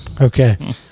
Okay